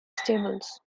stables